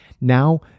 now